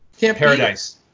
Paradise